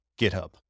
github